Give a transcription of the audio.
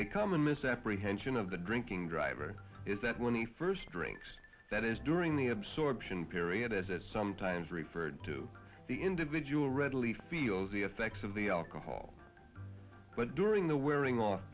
a common misapprehension of the drinking driver is that when he first drinks that is during the absorption period as is sometimes referred to the individual readily feels the effects of the alcohol but during the wearing off